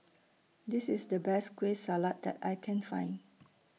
This IS The Best Kueh Salat that I Can Find